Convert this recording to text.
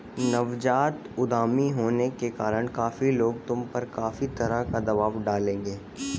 नवजात उद्यमी होने के कारण काफी लोग तुम पर काफी तरह का दबाव डालेंगे